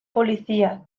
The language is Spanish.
policía